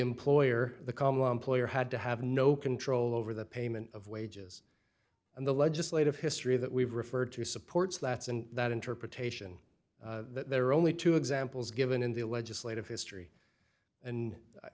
employer the common employer had to have no control over the payment of wages and the legislative history that we've referred to supports lats and that interpretation there are only two examples given in the legislative history and